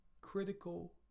critical